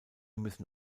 müssen